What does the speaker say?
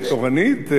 אוהבת הארץ.